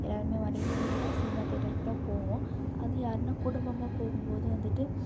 எல்லோருமே வந்துதான் சினிமா தேட்டர்க்கு தான் போவோம் அதுவும் யார்னால் குடும்பமாக போகும்போது வந்துட்டு